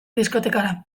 diskotekara